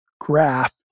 graph